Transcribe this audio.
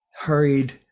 hurried